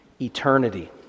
Eternity